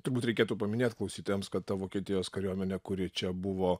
turbūt reikėtų paminėt klausytojams kad ta vokietijos kariuomenė kuri čia buvo